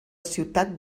ciutat